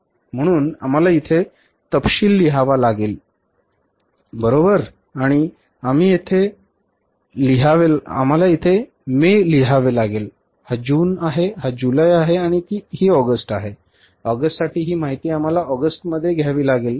म्हणून आम्हाला येथे तपशील लिहावा लागेल बरोबर आणि आम्ही येथे मे लिहावे लागेल हा जून आहे हा जुलै आहे आणि ही ऑगस्ट आहे ऑगस्ट साठी ही माहिती आम्हाला ऑगस्टमध्ये घ्यावी लागेल